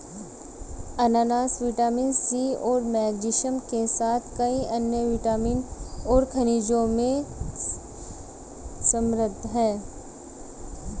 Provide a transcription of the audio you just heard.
अनन्नास vitamin C और manganese के साथ कई अन्य विटामिन और खनिजों में समृद्ध हैं